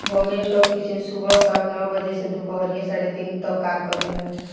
Bombay stock exchange सुबह सवा नौ बजे से दूपहरिया साढ़े तीन तक कार्य करेला